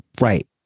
Right